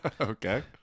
Okay